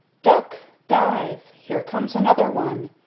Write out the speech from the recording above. duck! dive! here comes another one!